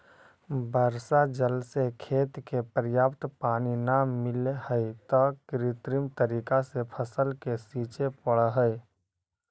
वर्षा जल से खेत के पर्याप्त पानी न मिलऽ हइ, त कृत्रिम तरीका से फसल के सींचे पड़ऽ हइ